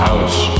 House